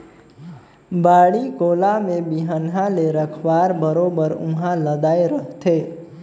बाड़ी कोला में बिहन्हा ले रखवार बरोबर उहां लदाय रहथे